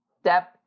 step